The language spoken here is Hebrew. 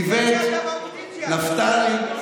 איווט, נפתלי,